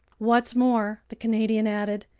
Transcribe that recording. what's more, the canadian added,